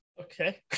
Okay